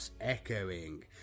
echoing